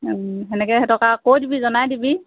তেনেকে সিহঁতক আৰু কৈ দিবি জনাই দিবি